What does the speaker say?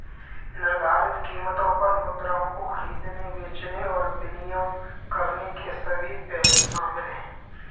निर्धारित कीमतों पर मुद्राओं को खरीदने, बेचने और विनिमय करने के सभी पहलू शामिल हैं